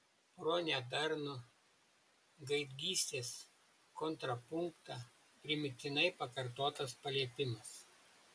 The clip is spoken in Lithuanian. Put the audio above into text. pro nedarnų gaidgystės kontrapunktą primygtinai pakartotas paliepimas